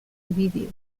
vídeo